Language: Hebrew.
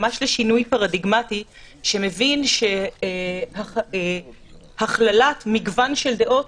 ממש שינוי פרדיגמטי שמבין שהכללת מגוון של דעות,